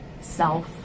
self